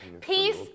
Peace